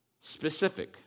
Specific